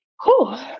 Cool